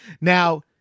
Now